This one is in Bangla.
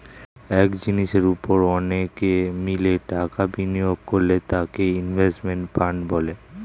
এক জিনিসের উপর অনেকে মিলে টাকা বিনিয়োগ করলে তাকে ইনভেস্টমেন্ট ফান্ড বলে